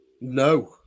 No